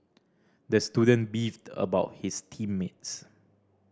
the student beefed about his team mates